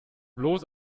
bloß